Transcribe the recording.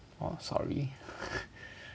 oh sorry